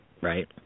right